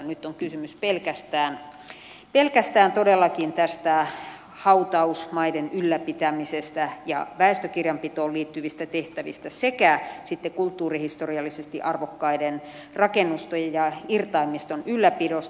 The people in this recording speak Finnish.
nyt on todellakin kysymys pelkästään hautausmaiden ylläpitämisestä ja väestökirjanpitoon liittyvistä tehtävistä sekä kulttuurihistoriallisesti arvokkaiden rakennusten ja irtaimiston ylläpidosta